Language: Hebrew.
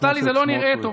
נפתלי, זה לא נראה טוב.